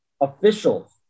officials